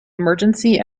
emergency